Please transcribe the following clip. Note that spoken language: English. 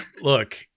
look